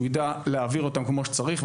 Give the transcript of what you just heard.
כדי שהוא ידע להעביר אותן כמו שצריך,